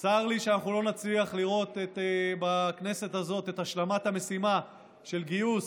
צר לי שאנחנו לא נצליח לראות בכנסת הזאת את השלמת המשימה של גיוס